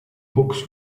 books